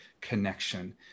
connection